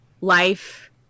life